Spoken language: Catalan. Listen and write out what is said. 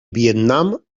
vietnam